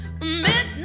Midnight